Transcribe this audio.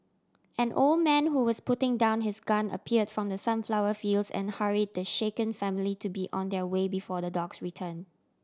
an old man who was putting down his gun appear from the sunflower fields and hurry the shaken family to be on their way before the dogs return